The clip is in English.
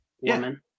Woman